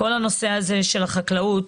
נושא החקלאות